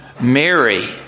Mary